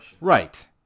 Right